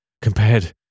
compared